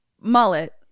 mullet